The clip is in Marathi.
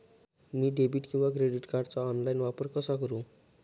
मी डेबिट किंवा क्रेडिट कार्डचा ऑनलाइन वापर कसा करु?